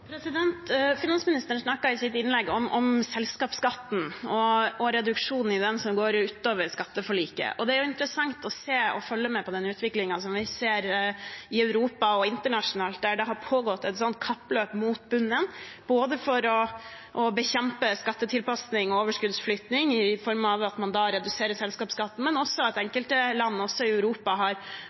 Finansministeren snakket i sitt innlegg om selskapsskatten og reduksjonen i den, som går utover skatteforliket. Det er interessant å se og å følge med på den utviklingen som vi ser i Europa og internasjonalt for øvrig, der det har pågått et kappløp mot bunnen for å bekjempe både skattetilpasning og overskuddsflytting i form av at man reduserer selskapsskatten, men også at enkelte land – også i Europa – nærmest har